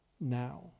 now